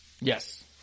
Yes